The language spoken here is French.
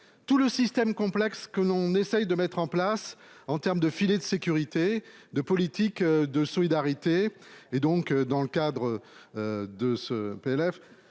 tout le système complexe que l'on essaye de mettre en place en terme de filet de sécurité, de politique de solidarité et donc dans le cadre. De ce PLF